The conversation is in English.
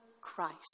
Christ